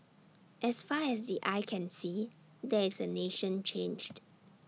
as far as the eye can see there is A nation changed